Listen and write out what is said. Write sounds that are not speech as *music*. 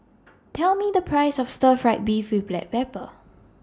*noise* Tell Me The Price of Stir Fry Beef with Black Pepper